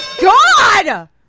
God